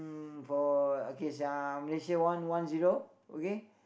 mm for okay sia Malaysia one one zero okay